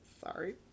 Sorry